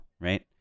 right